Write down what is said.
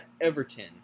Everton